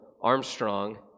Armstrong